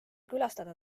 külastada